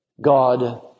God